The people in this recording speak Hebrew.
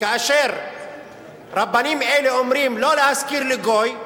כאשר רבנים אלה אומרים לא להשכיר לגוי,